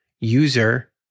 user